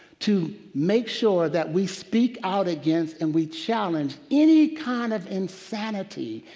to make sure that we speak out against and we challenge any kind of insanity,